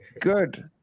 Good